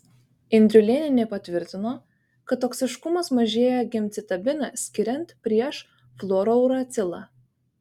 indriulėnienė patvirtino kad toksiškumas mažėja gemcitabiną skiriant prieš fluorouracilą